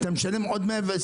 אתה משלם עוד 120,